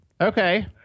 Okay